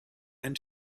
and